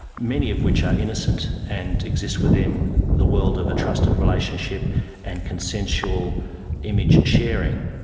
many of which are innocent and exist within the world of a trusted relationship and consensual image sharing,